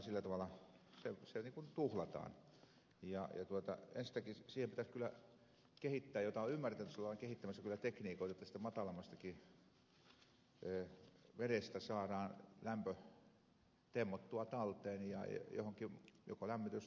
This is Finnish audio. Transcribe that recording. ensittäinkin siihen pitäisi kyllä kehittää tai olen ymmärtänyt että siihen ollaan kehittämässä semmoisia tekniikoita että tästä matalammastakin vedestä saadaan lämpö temmottua talteen ja johonkin joko lämmitys tai mahdollisesti jopa sähköenergiamuotoon